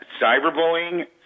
cyberbullying